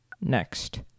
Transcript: Next